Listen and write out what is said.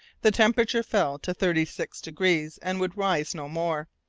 the temperature fell to thirty six degrees and would rise no more,